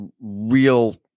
real